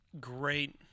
great